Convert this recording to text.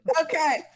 okay